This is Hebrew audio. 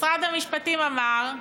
משרד המשפטים אמר: